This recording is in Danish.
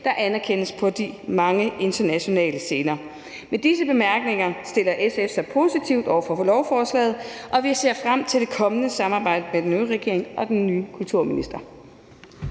som anerkendes på de mange internationale scener. Med disse bemærkninger stiller SF sig positivt over for lovforslaget, og vi ser frem til det kommende samarbejde med den nye regering og den nye kulturminister.